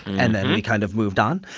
and then we kind of moved on.